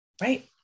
right